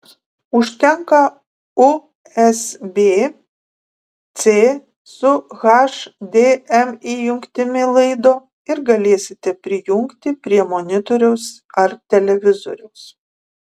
užtenka usb c su hdmi jungtimi laido ir galėsite prijungti prie monitoriaus ar televizoriaus